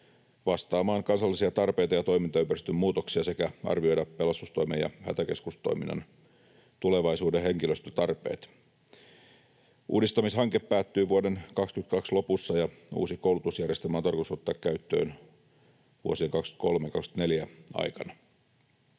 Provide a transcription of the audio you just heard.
vastaamaan kansallisia tarpeita ja toimintaympäristön muutoksia sekä arvioida pelastustoimen ja hätäkeskustoiminnan tulevaisuuden henkilöstötarpeet. Uudistamishanke päättyy vuoden 22 lopussa, ja uusi koulutusjärjestelmä on tarkoitus ottaa käyttöön vuosien 23—24 aikana.